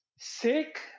sick